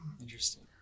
Interesting